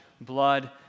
blood